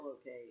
okay